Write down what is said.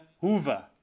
Hoover